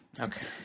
Okay